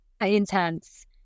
intense